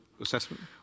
assessment